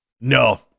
No